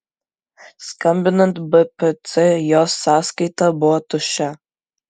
skambinant bpc jos sąskaita buvo tuščia